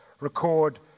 record